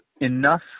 enough